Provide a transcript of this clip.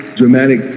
dramatic